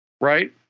right